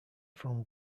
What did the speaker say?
from